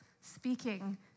speaking